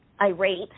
irate